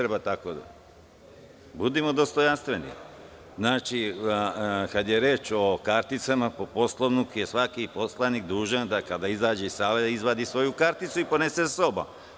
Čemu, budimo dostojanstveni, kada je reč o karticama po Poslovniku je svaki poslanik dužan da kada izađe iz sale izvadi svoju karticu i ponese sa sobom.